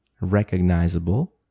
recognizable